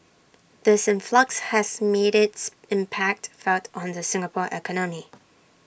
this influx has made its impact felt on the Singapore economy